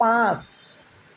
পাঁচ